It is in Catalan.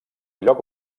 lloc